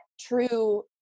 true